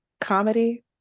comedy